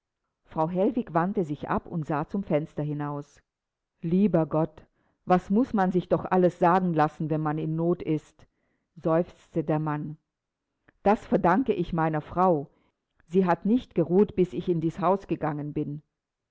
frau hellwig wandte sich ab und sah zum fenster hinaus lieber gott was muß man sich doch alles sagen lassen wenn man in not ist seufzte der mann das verdanke ich meiner frau sie hat nicht geruht bis ich in dies haus gegangen bin